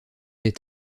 des